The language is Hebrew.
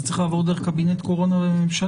זה צריך לעבור דרך קבינט הקורונה והממשלה.